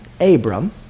Abram